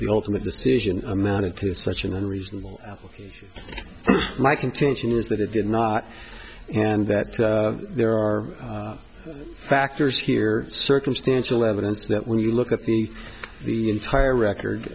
the ultimate decision amounted to such an unreasonable my contention is that it did not and that there are factors here circumstantial evidence that when you look at the the entire record